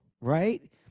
right